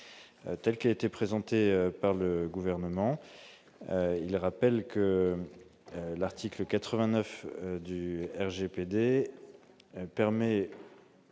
telle qu'été présenté par le gouvernement, il rappelle que l'article 89 du RGPD permet